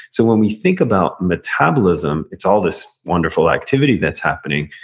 so when we think about metabolism, it's all this wonderful activity that's happening.